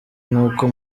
nk’uko